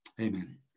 Amen